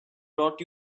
brought